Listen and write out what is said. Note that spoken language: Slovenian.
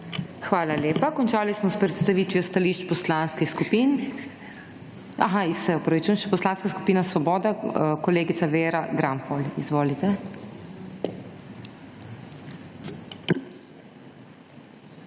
Hvala lepa. Končali smo s predstavitvijo stališč poslanskih skupin … Aha, se opravičujem, še Poslanska skupina Svoboda. Kolegica Vera Granfol, izvolite.